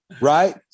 Right